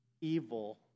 evil